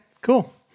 Cool